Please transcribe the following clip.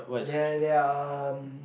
they they're a um